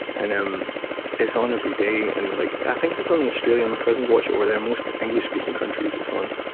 and it's on every day. and like i think it's on in australia, my cousin watched it over there. most english speaking countries, it's on.